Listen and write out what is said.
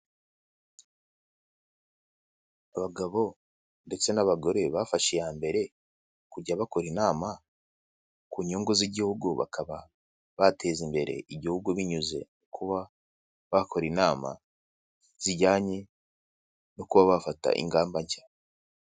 Abagabo ndetse n'abagore bafashe iya mbere kujya bakora inama ku nyungu z'igihugu bakaba bateza imbere igihugu binyuze kuba bakora inama zijyanye no kuba bafata ingamba nshya.